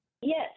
Yes